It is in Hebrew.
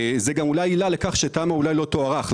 זו גם עילה לכך שתמ"א לא תוארך,